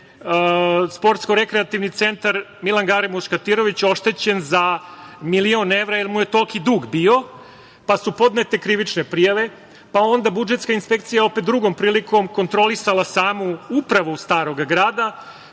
Sportsko-rekreativni centar „Milan Gale Muškatirović“ oštećen za milion evra, jer mu je toliki dug bio, pa su podnete krivične prijave, pa je budžetska inspekcija drugom prilikom kontrolisala samu Upravu Starog grada,